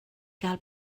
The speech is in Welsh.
gael